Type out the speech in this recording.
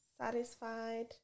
satisfied